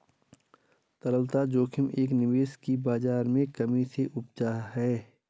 तरलता जोखिम एक निवेश की बाज़ार में कमी से उपजा है